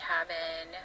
Cabin